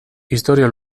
istorio